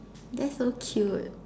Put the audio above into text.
that's so cute